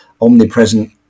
omnipresent